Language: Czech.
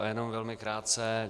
Jenom velmi krátce.